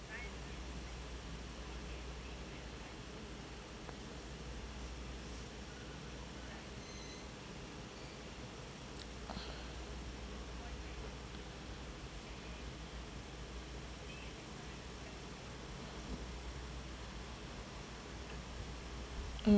mm